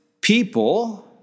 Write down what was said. people